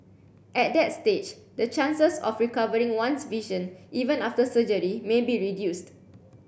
at that stage the chances of recovering one's vision even after surgery may be reduced